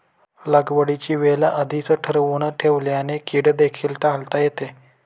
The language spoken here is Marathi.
लागवडीची वेळ आधीच ठरवून ठेवल्याने कीड देखील टाळता येते